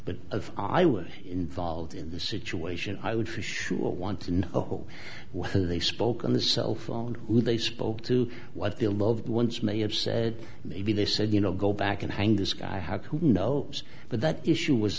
but of i was involved in the situation i would for sure want to know who they spoke on the cell phone who they spoke to what their loved ones may have said maybe they said you know go back and hang this guy have who knows but that issue was